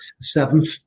seventh